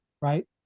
Right